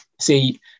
See